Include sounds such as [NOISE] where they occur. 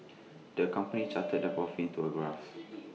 the company [NOISE] charted their profits into A graph [NOISE]